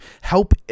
help